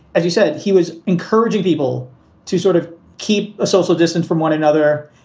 as you said, he was encouraging people to sort of keep a social distance from one another.